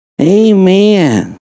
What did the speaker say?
Amen